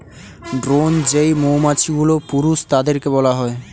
drone যেই মৌমাছিগুলো, পুরুষ তাদেরকে বলা হয়